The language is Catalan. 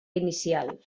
inicial